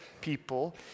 people